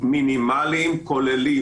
מינימליים כוללים".